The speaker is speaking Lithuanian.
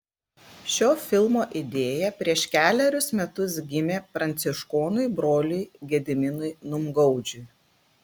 šio filmo idėja prieš kelerius metus gimė pranciškonui broliui gediminui numgaudžiui